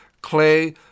Clay